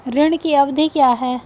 ऋण की अवधि क्या है?